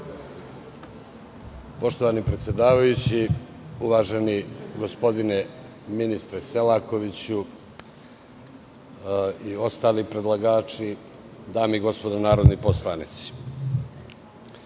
Poštovani predsedavajući, uvaženi gospodine ministre Selakoviću i ostali predlagači, dame i gospodo narodni poslanici,